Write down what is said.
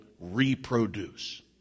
reproduce